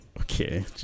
Okay